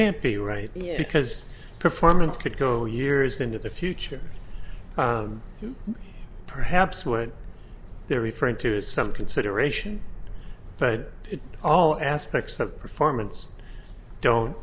can't be right because performance could go years into the future perhaps when they're referring to is some consideration but it all aspects of performance